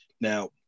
Now